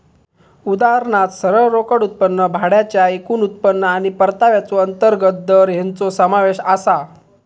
उदाहरणात सरळ रोकड उत्पन्न, भाड्याचा एकूण उत्पन्न आणि परताव्याचो अंतर्गत दर हेंचो समावेश आसा